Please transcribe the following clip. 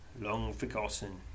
long-forgotten